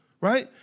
Right